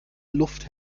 luft